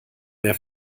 mehr